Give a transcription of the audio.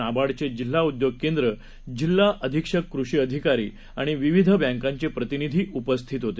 नाबार्डचे जिल्हाउद्योगकेंद्र जिल्हाअधिक्षककृषिअधिकारीआणिविविधबँकांचेप्रतिनिधीउपस्थितहोते